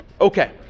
okay